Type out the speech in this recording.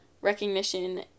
recognition